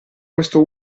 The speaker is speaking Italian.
questo